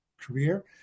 career